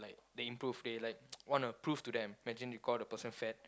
like they improve they like wanna prove to them imagine you call the person fat